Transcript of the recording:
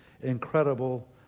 incredible